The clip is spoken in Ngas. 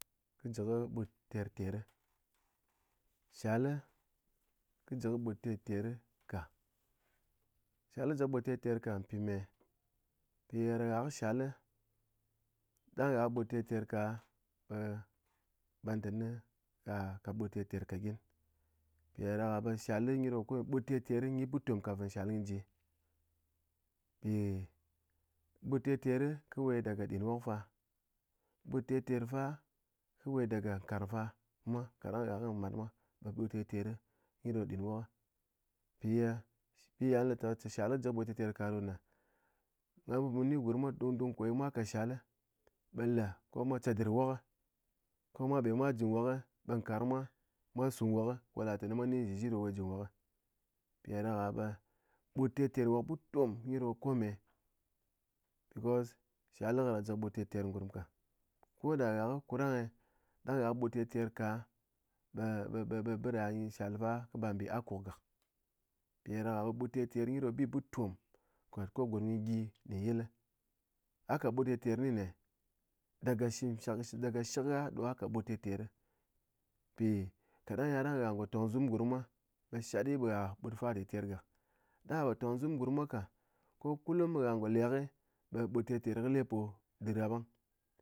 Kɨ ji kɨ ɓut terter shalle kɨ ji kɨ ɓut terter ka, shalle kɨ ji kɨ ɓut terter ka mpime mpi ye gha kɨ shalle ɗang gha kɨ ɓut terter ka ɓe man tɨné gha kat ɓut terter ka gyin mpiɗáɗaka ɓe, shalle nyi ɗo kunɨ ɓut terter nyi ɓutom kafin shalle nyi ji mpi ɓut terter kɨ we daga ɗɨn wok fa ɓut terter kɨ we daga nkarng fa kaɗang gha kɨ mat mwa ɓe ɓut terter nyi do ɗɨn wok mpi ye, ɓi ya lɨté shalle kɨ ji ɓut terter ka ɗonɨ mu ni mwa dung dung ko ye mwa kat shalle ɓe le ko mwa chedɨr wok ko mwa be mwa ji wok ɓe nkarng mwa mwa su nwok ko la tɨné mwa ni zhɨzhi ɗo we ji nwok mpiɗáɗakà ɓe ɓut terter wok butom nyi ɗo kome, because shalle nyi ran ji kɨ ɓut terter ngurm ka, koda gha kɨ kurangè ɗang gha kɨ ɓut terter ka ɓe ɓe ɓe biɗa nyi shall fa bar nbi akuk gak mpiɗáɗaká ɓe ɓut terter nyi ɗo bi butom khét ko gurm nyi gyi nɗɨn yil a kat ɓut terter nyi nɨné daga shɨkgha do gha kat but terter, mpi káɗand yaɗang gha ngo, tong zum gurm mwa ɓe shat di be gha ɓut fa terter gak ɗang gha po tong zum gurm mwa ka ko kulum gha ngo leki ɓe ɓut terter kɨ lepo ɗɨr gha ɓang.